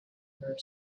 her